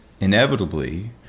inevitably